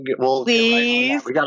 Please